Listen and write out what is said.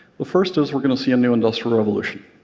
the first is we're going to see a new industrial revolution.